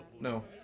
No